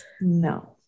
No